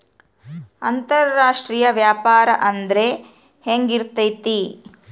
ಅಂತರಾಷ್ಟ್ರೇಯ ವ್ಯಾಪಾರ ಅಂದ್ರೆ ಹೆಂಗಿರ್ತೈತಿ?